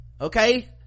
okay